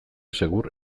segur